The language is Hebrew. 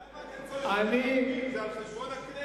למה אתה מתאפק, זה על חשבון הכנסת?